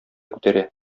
күтәрә